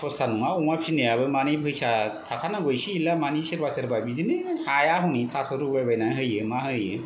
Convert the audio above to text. सरसा नङा अमा फिनायाबो माने फैसा थाखा नांगौ इसे एला मानि सोरबा सोरबाफ्रा बिदिनो हाया हनै थास' रुबायबायना होयो मा होयो